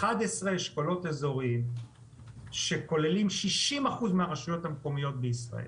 11 אשכולות אזוריים שכוללים 60% מהרשויות המקומיות בישראל.